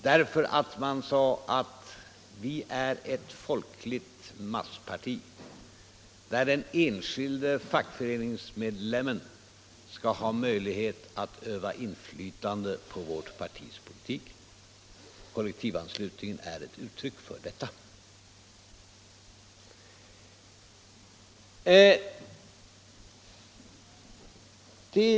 Därför att man sade: Vi är ett folkligt massparti, och den enskilde fackföreningsmedlemmen skall ha möjlighet att öva inflytande på vårt partis politik. Kollektivanslutningen är ett uttryck för detta.